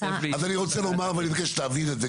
אז אני רוצה לומר, ואני מבקש שתעביר את זה